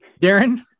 Darren